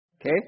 okay